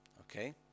Okay